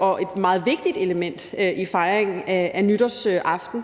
og et meget vigtigt element i fejringen af nytårsaften,